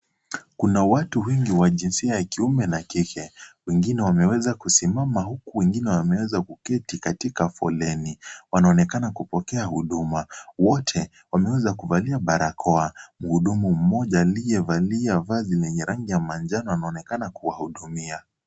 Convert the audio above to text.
Kuna watu wengi wa jinsia ya kiume na kike. Wengine wameweza kusimama huku wengine wameweza kuketi katika foleni. Wanaonekana kupokea huduma. Wote wameweza kuvalia barakoa. Muhudumu mmoja aliyevalia vazi lenye rangi ya manjano anaonekana kuwahudumia.